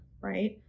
right